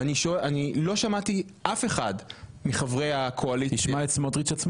אני לא שמעתי אף אחד מחברי הקואליציה --- תשמע את סמוטריץ' עצמו.